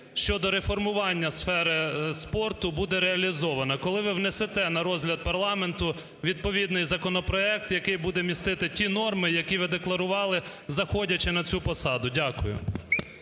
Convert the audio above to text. щодо реформування сфери спорту, буде реалізована? Коли ви внесете на розгляд парламенту відповідний законопроект, який буде містити ті норми, які ви декларували, заходячи на цю посаду? Дякую.